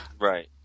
Right